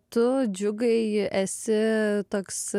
tu džiugai esi toks